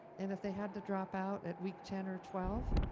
and if they had to dropout at week ten or twelve,